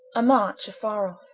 a march afarre